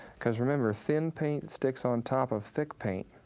cause remember, thin paint sticks on top of thick paint.